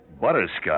Butterscotch